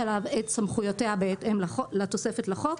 אליו את סמכויותיה בהתאם לתוספת לחוק,